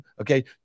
okay